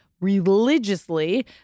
religiously